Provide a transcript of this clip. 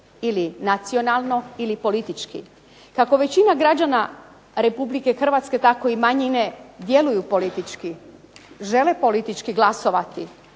ili nacionalno ili politički. Kako većina građana Republike Hrvatske tako i manjine djeluju politički, žele politički glasovati,